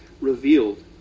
revealed